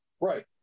Right